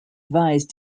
advise